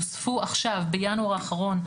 נוספו עכשיו בינואר האחרון,